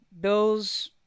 Bill's